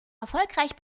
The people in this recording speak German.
erfolgreich